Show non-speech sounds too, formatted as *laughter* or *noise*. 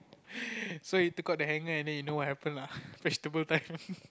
*laughs* so he took out the hanger and then you know what happened lah vegetable time *laughs*